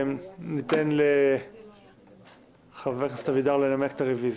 ניתן לחבר הכנסת אבידר לנמק את הרביזיה.